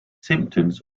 symptoms